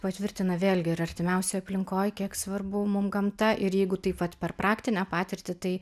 patvirtina vėlgi ir artimiausioj aplinkoj kiek svarbu mum gamta ir jeigu taip vat per praktinę patirtį tai